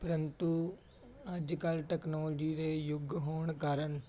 ਪ੍ਰੰਤੂ ਅੱਜ ਕੱਲ੍ਹ ਟੈਕਨੋਲਜੀ ਦਾ ਯੁੱਗ ਹੋਣ ਕਾਰਨ